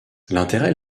l’intérêt